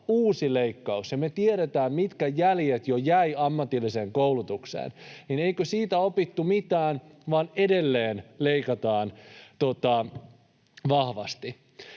uusi leikkaus, vaikka me tiedetään, mitkä jäljet jo jäi ammatilliseen koulutukseen. Eikö siitä opittu mitään, vaan edelleen leikataan vahvasti?